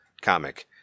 comic